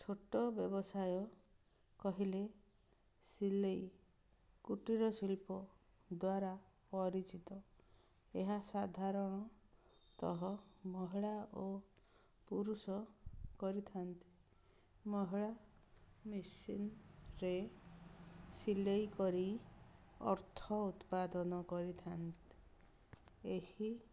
ଛୋଟ ବ୍ୟବସାୟ କହିଲେ ସିଲେଇ କୁଟୀର ଶିଳ୍ପ ଦ୍ୱାରା ପରିଚିତ ଏହା ସାଧାରଣତଃ ମହିଳା ଓ ପୁରୁଷ କରିଥାନ୍ତି ମହିଳା ମେସିନ୍ରେ ସିଲେଇ କରି ଅର୍ଥ ଉତ୍ପାଦନ କରିଥାନ୍ତି ଏହି